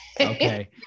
Okay